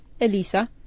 Elisa